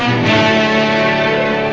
and